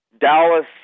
Dallas